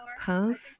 post